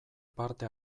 parte